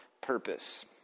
purpose